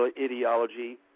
ideology